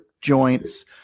joints